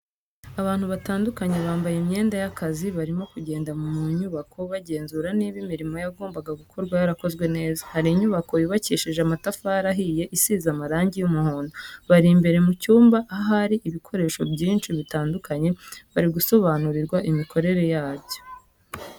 Abantu batandukanye bambaye imyenda y'akazi barimo kugenda mu nyubako bagenzura niba imirimo yagombaga gukorwa yarakozwe neza, hari inyubako yubakishije amatafari ahiye isize amarangi y'umuhondo, bari imbere mu cyumba ahari ibikoresho byinshi bitandukanye bari gusobanurirwa imikorere yabyo.